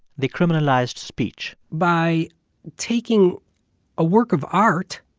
they criminalized speech by taking a work of art,